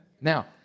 Now